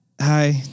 hi